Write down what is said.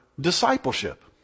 discipleship